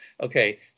Okay